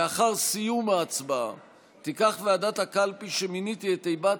לאחר סיום ההצבעה תיקח ועדת הקלפי שמיניתי את תיבת